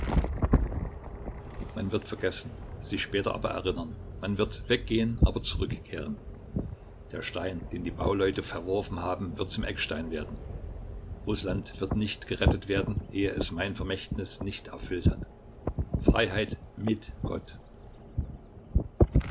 man wird vergessen sich später aber erinnern man wird weggehen aber zurückkehren der stein den die bauleute verworfen haben wird zum eckstein werden rußland wird nicht gerettet werden ehe es mein vermächtnis nicht erfüllt hat freiheit mit gott